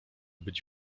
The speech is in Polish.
być